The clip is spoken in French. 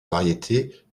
variétés